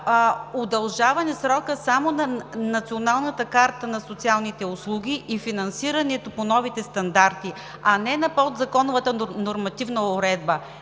удължаване срока само на Националната карта на социалните услуги и финансирането по новите стандарти, а не на подзаконовата нормативна уредба.